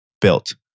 built